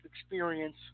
experience